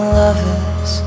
lovers